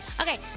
Okay